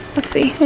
let's see.